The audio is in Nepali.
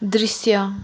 दृश्य